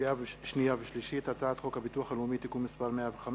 לקריאה שנייה ולקריאה שלישית: הצעת חוק הביטוח הלאומי (תיקון מס' 115),